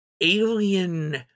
alien